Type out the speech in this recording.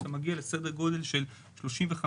אתה מגיע לסדר גודל של 35%,